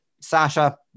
Sasha